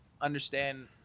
understand